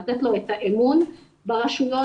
לתת לו אמון ברשויות,